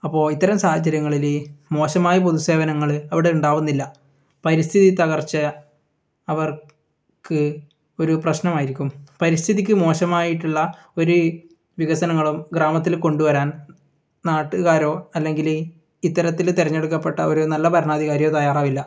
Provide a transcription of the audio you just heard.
അപ്പോൾ ഇത്തരം സാഹചര്യങ്ങളിൽ മോശമായ പൊതുസേവനങ്ങൾ അവിടെ ഉണ്ടാവുന്നില്ല പരിസ്ഥിതി തകർച്ച അവർക്ക് ഒരു പ്രശ്നമായിരിക്കും പരിസ്ഥിതിക്ക് മോശമായിട്ടുള്ള ഒരു വികസനങ്ങളും ഗ്രാമത്തിൽ കൊണ്ടുവരാൻ നാട്ടുകാരോ അല്ലെങ്കിൽ ഇത്തരത്തിൽ തിരഞ്ഞെടുക്കപ്പെട്ട ഒരു നല്ല ഭരണാധികാരിയോ തയ്യാറാവില്ല